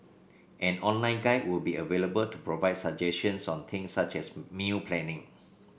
an online guide will be available to provide suggestions on things such as meal planning